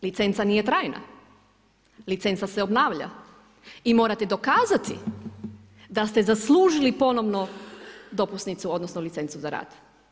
Licenca nije trajna, licenca se obnavlja i morate dokazati da ste zaslužili ponovno dopusnicu, odnosno licencu za rad.